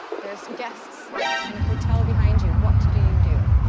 there's guests, in a hotel behind you. what do you do?